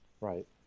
Right